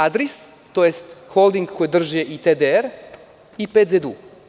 Adris“, tj. „Holding“ koji drži i „TDR“ i „PCD“